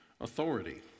authority